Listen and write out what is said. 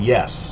Yes